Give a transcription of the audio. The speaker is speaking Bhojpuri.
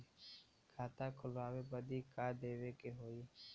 खाता खोलावे बदी का का देवे के होइ?